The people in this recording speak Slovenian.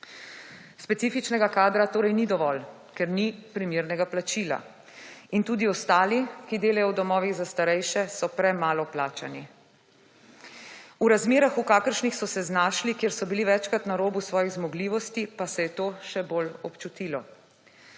Specifičnega kadra torej ni dovolj, ker ni primernega plačila. In tudi ostali, ki delajo v domovih za starejše, so premalo plačani. V razmerah, v kakršnih so se znašli, kjer so bili večkrat na robu svojih zmogljivosti, pa se je to še bolj občutilo.